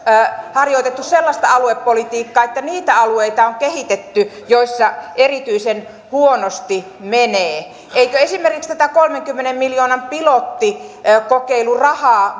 harjoitettu sellaista aluepolitiikkaa että niitä alueita on kehitetty joilla erityisen huonosti menee eikö esimerkiksi tätä kolmenkymmenen miljoonan pilottikokeilurahaa